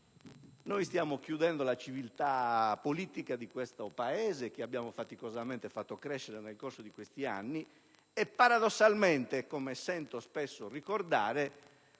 chiudiamo la civiltà politica del Paese che abbiamo faticosamente fatto crescere nel corso di questi anni e paradossalmente, come sento spesso ricordare,